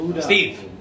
Steve